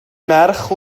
merch